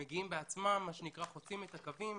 הם מגיעים בעצמם, חוצים את הקווים